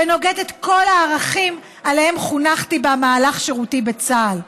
ונוגד את כל הערכים שעליהם חונכתי במהלך שירותי בצה"ל.